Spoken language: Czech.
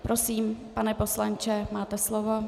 Prosím, pane poslanče, máte slovo.